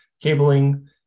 cabling